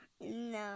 No